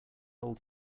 old